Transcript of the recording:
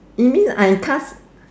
you mean I card